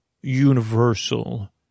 universal